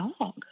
dog